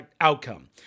outcome